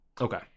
Okay